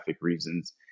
reasons